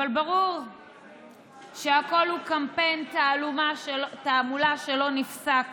אבל ברור שהכול הוא קמפיין תעמולה שלא נפסק